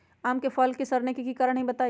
आम क फल म सरने कि कारण हई बताई?